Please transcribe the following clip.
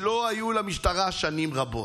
שלא היו למשטרה שנים רבות.